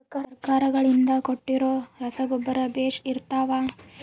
ಸರ್ಕಾರಗಳಿಂದ ಕೊಟ್ಟಿರೊ ರಸಗೊಬ್ಬರ ಬೇಷ್ ಇರುತ್ತವಾ?